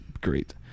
Great